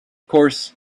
course